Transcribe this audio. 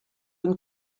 une